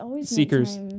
Seekers